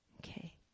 Okay